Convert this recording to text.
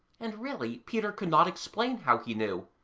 and, really, peter could not explain how he knew.